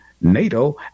NATO